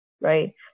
Right